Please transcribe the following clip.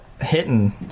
hitting